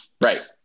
Right